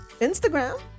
Instagram